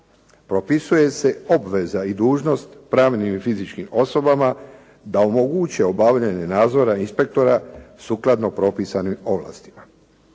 Propisuje se obveza i dužnost pravnim i fizičkim osobama da omoguće obavljanje nadzora inspektora sukladno propisanim ovlastima.